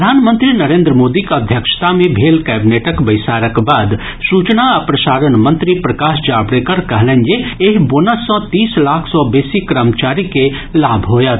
प्रधानमंत्री नरेन्द्र मोदीक अध्यक्षता मे भेल कैबिनेटक बैसारक बाद सूचना आ प्रसारण मंत्री प्रकाश जावड़ेकर कहलनि जे एहि बोनस सँ तीस लाख सँ बेसी कर्मचारी के लाभ होयत